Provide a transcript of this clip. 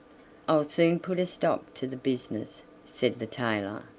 i'll soon put a stop to the business, said the tailor.